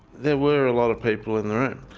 there were a lot of people in the room.